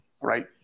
right